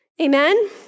Amen